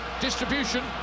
Distribution